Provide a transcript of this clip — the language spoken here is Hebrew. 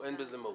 אין בזה מהות.